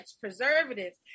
preservatives